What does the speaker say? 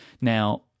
Now